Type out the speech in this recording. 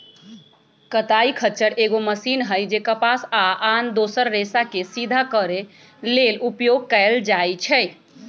कताइ खच्चर एगो मशीन हइ जे कपास आ आन दोसर रेशाके सिधा करे लेल उपयोग कएल जाइछइ